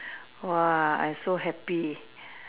!wah! I so happy